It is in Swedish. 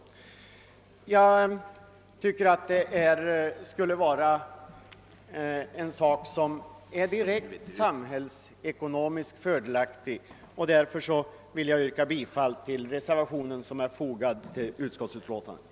Jag tycker att detta skulle vara direkt samhällsekonomiskt fördelaktigt, och därför vill jag yrka bifall till reservationen till utskottets betänkande.